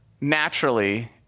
Naturally